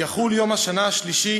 יחול יום השנה השלישי